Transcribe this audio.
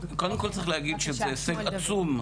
קודם כל צריך להגיד שזה הישג עצום,